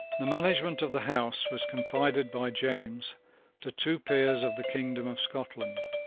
the management of the house was confided by james to two peers of the kingdom of scotland.